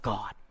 God